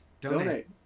donate